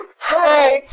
help